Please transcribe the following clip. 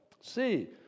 See